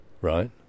Right